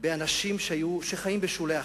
באנשים שחיים בשולי החיים,